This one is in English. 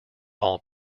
all